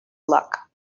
luck